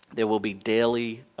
there will be daily